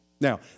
Now